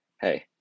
hey